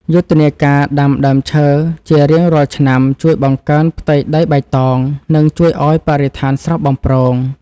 យុទ្ធនាការដាំដើមឈើជារៀងរាល់ឆ្នាំជួយបង្កើនផ្ទៃដីបៃតង និងជួយឱ្យបរិស្ថានស្រស់បំព្រង។